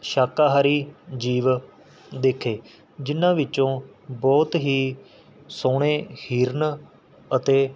ਸ਼ਾਕਾਹਾਰੀ ਜੀਵ ਦੇਖੇ ਜਿਨ੍ਹਾਂ ਵਿੱਚੋਂ ਬਹੁਤ ਹੀ ਸੋਹਣੇ ਹਿਰਨ ਅਤੇ